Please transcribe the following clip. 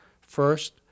first